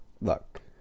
look